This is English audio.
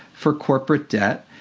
for corporate debt,